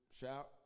shout